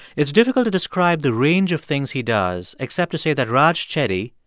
it's difficult to describe the range of things he does, except to say that raj chetty,